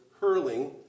hurling